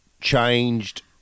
changed